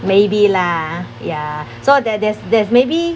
maybe lah ya so there there's there's maybe